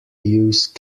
use